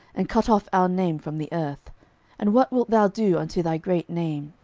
and cut off our name from the earth and what wilt thou do unto thy great name?